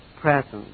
presence